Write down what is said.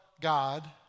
God